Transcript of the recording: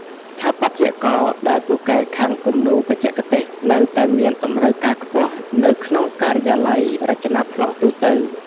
ស្ថាបត្យករដែលពូកែខាងគំនូរបច្ចេកទេស នៅតែមានតម្រូវការខ្ពស់នៅក្នុងការិយាល័យរចនាប្លង់ទូទៅ។